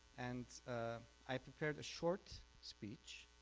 and i prepared a short speech.